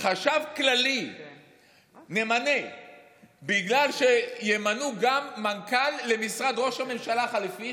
נמנה חשב כללי בגלל שימנו גם מנכ"ל למשרד ראש הממשלה החליפי,